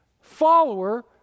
follower